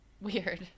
weird